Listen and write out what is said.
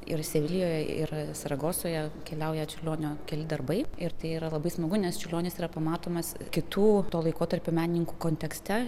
ir sevilijoj ir saragosoje keliauja čiurlionio keli darbai ir tai yra labai smagu nes čiurlionis yra pamatomas kitų to laikotarpio menininkų kontekste